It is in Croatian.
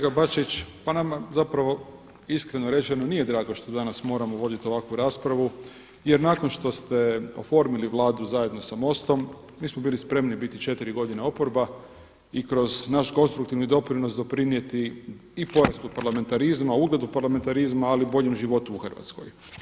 Kolega Bačić, pa nama zapravo iskreno rečeno nije drago što danas moramo voditi ovakvu raspravu, jer nakon što ste oformili Vladu zajedno sa MOST-om mi smo bili spremni biti četiri godine oporba i kroz naš konstruktivni doprinos doprinijeti i porastu parlamentarizma, ugledu parlamentarizma, ali i boljem životu u Hrvatskoj.